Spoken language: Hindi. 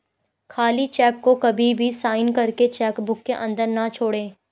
खाली चेक को कभी भी साइन करके चेक बुक के अंदर न छोड़े